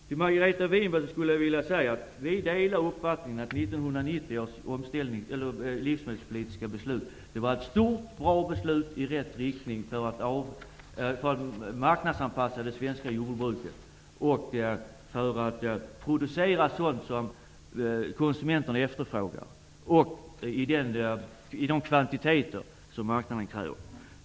Vi delar uppfattningen, Margareta Winberg, att 1990 års livsmedelspolitiska beslut var ett stort, bra beslut i rätt riktning för att marknadsanpassa det svenska jordbruket och för att producera sådant som konsumenterna efterfrågar i de kvantiteter som marknaden kräver.